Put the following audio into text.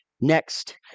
next